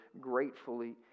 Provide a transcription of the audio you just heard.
gratefully